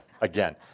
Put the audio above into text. again